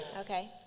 Okay